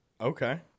Okay